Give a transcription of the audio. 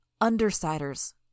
Undersiders